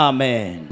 Amen